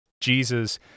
Jesus